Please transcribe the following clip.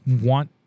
want